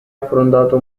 affrontato